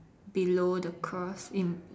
below the cross im~